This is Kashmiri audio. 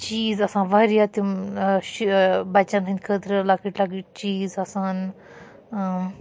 چیٖز آسان واریاہ تِم بَچَن ہٕنٛدۍ خٲطرٕ لَکٕٹۍ لَکٕٹۍ چیٖز آسان